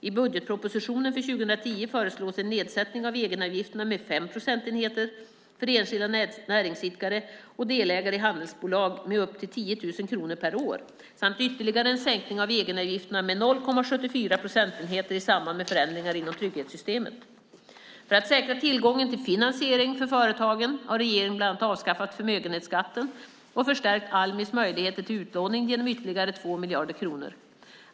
I budgetpropositionen för 2010 föreslås en nedsättning av egenavgifterna med 5 procentenheter för enskilda näringsidkare och delägare i handelsbolag med upp till 10 000 kronor per år, samt ytterligare en sänkning av egenavgifterna med 0,74 procentenheter i samband med förändringar inom trygghetssystemet. För att säkra tillgången till finansiering för företagen har regeringen bland annat avskaffat förmögenhetsskatten och förstärkt Almis möjligheter till utlåning med ytterligare 2 miljarder kronor.